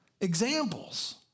Examples